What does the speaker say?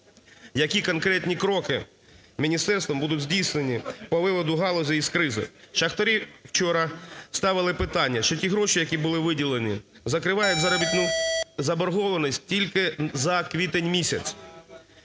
які конкретні кроки міністерством будуть здійснені по виводу галузі із кризи? Шахтарі вчора ставили питання, що ті гроші, які були виділені, закривають заробітну… заборгованість тільки за квітень-місяць.